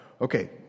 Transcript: Okay